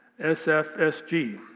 SFSG